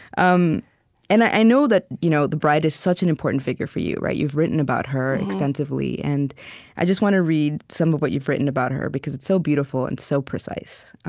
um and i know that you know the bride is such an important figure for you. you've written about her extensively. and i just want to read some of what you've written about her, because it's so beautiful and so precise